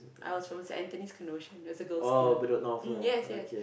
I was from Saint-Anthony-Canossian that's a girls' school mm yes yes